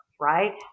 right